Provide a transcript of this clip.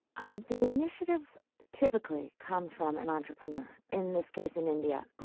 um the initiative typically comes from an entrepreneur, in this case, in india.